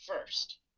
first